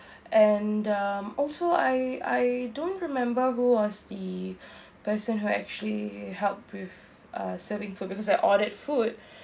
and um also I I don't remember who was the person who actually helped with uh serving food because I ordered food